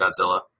Godzilla